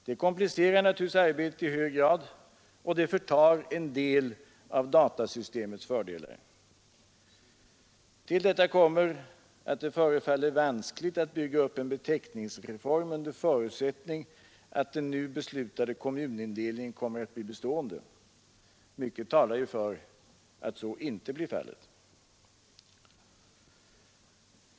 Detta komplicerar naturligtvis arbetet i hög grad, och det förtar en del av datasystemets fördelar. Till detta kommer att det förefaller vanskligt att bygga upp en beteckningsreform under förutsättning att den nu beslutade kommunindelningen kommer att bli bestående. Mycket talar för att så inte blir fallet.